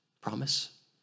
promise